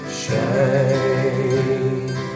shine